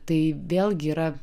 tai vėlgi yra